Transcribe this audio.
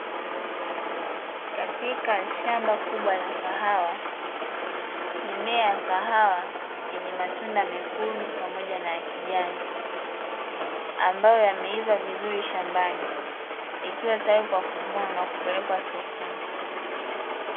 Katika shamba kubwa la kahawa, mimea ya kahawa yenye matunda mekundu pamoja ya kijani ambayo yameiva vizuri shambani ikiwa tayari kwa kuvunwa na kupelekwa sokoni.